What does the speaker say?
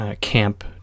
camp